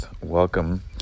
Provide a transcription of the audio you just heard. Welcome